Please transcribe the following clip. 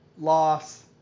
loss